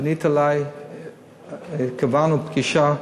פנית אלי וקבענו פגישה,